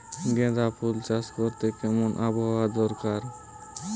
গাঁদাফুল চাষ করতে কেমন আবহাওয়া দরকার?